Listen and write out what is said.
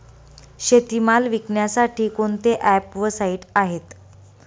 शेतीमाल विकण्यासाठी कोणते ॲप व साईट आहेत?